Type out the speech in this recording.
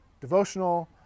devotional